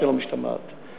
שלא משתמעת לשתי פנים.